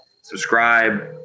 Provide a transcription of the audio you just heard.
subscribe